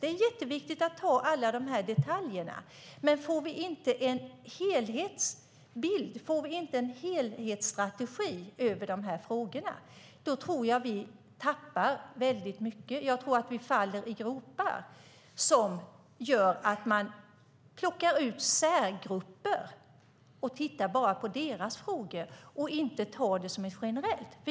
Det är jätteviktigt att ha alla de här detaljerna. Men får vi inte en helhetsbild och får vi inte en helhetsstrategi över de här frågorna tror jag att vi tappar väldigt mycket. Jag tror att vi faller i gropar som gör att man plockar ut särgrupper och tittar bara på deras frågor och inte tar det som är generellt.